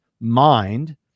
mind